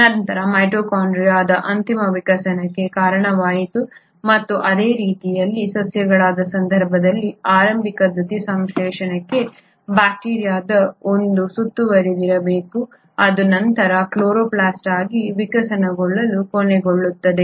ನಂತರ ಮೈಟೊಕಾಂಡ್ರಿಯಾದ ಅಂತಿಮ ವಿಕಸನಕ್ಕೆ ಕಾರಣವಾಯಿತು ಮತ್ತು ಅದೇ ರೀತಿಯಲ್ಲಿ ಸಸ್ಯಗಳ ಸಂದರ್ಭದಲ್ಲಿ ಆರಂಭಿಕ ದ್ಯುತಿಸಂಶ್ಲೇಷಕ ಬ್ಯಾಕ್ಟೀರಿಯಾದ ಒಂದು ಸುತ್ತುವರಿದಿರಬೇಕು ಅದು ನಂತರ ಕ್ಲೋರೊಪ್ಲಾಸ್ಟ್ ಆಗಿ ವಿಕಸನಗೊಳ್ಳಲು ಕೊನೆಗೊಳ್ಳುತ್ತದೆ